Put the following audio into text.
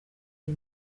iyi